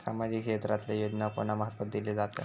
सामाजिक क्षेत्रांतले योजना कोणा मार्फत दिले जातत?